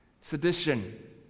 sedition